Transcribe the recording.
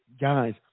guys